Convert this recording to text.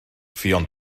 ffion